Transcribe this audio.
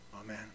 Amen